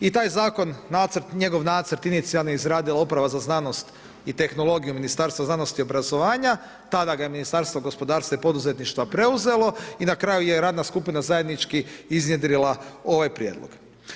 I taj zakon nacrt, njegov nacrt inicijalni je izradila uprava za znanost i tehnologiju Ministarstva znanosti i obrazovanja, tada ga Ministarstvo gospodarstva i poduzetništva preuzelo i na kraju je radna skupina zajednički iznjedrila ovaj prijedlog.